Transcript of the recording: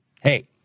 hey